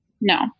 No